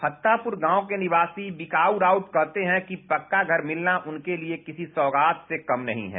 नरकटिया गांव के निवासी भोला राउत कहते हैं कि पक्का घर मिलना उनके लिए किसी सौगात से कम नहीं है